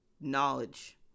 knowledge